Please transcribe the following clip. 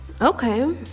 Okay